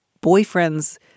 boyfriend's